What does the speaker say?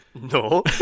No